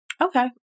okay